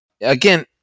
again